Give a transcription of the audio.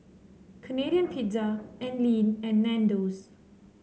Canadian Pizza Anlene and Nandos